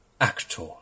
Actor